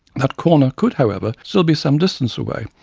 that corner could, however, still be some distance away,